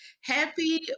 Happy